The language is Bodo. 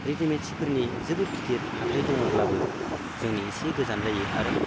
रेदिमेड सिफोरनि जोबोद गिदिर हाथाय दङब्लाबो जोंनि इसे गोजान जायो आरो